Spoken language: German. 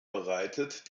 bereitet